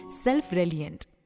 self-reliant